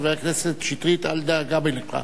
חבר הכנסת שטרית, אל דאגה בלבך.